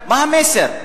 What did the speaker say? מה המסר,